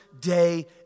day